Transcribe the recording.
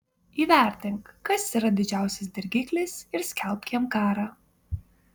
įvertink kas yra didžiausias dirgiklis ir skelbk jam karą